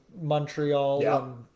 Montreal